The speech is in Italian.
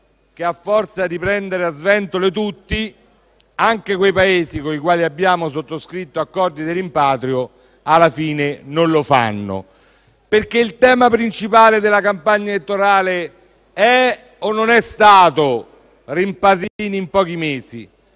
che, a forza di prendere "a sventole" tutti, anche quei Paesi con i quali abbiamo sottoscritto accordi di rimpatrio alla fine non li faranno. Il tema principale della campagna elettorale non è stato forse quello di